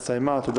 אני מודה